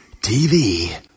TV